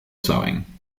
sewing